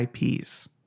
ips